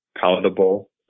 palatable